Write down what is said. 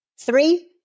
Three